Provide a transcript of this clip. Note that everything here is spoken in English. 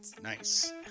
Nice